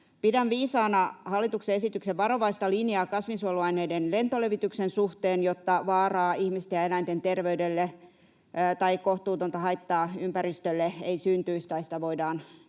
Pidän viisaana hallituksen esityksen varovaista linjaa kasvinsuojeluaineiden lentolevityksen suhteen, jotta vaaraa ihmisten ja eläinten terveydelle tai kohtuutonta haittaa ympäristölle ei syntyisi tai sitä voidaan minimoida.